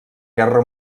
guerra